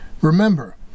Remember